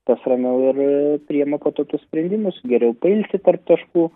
tas ramiau ir priima va tokius sprendimus geriau pailsi tarp taškų